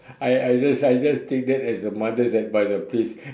I I just I just take that as a mother's advice ah please